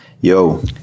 yo